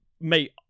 mate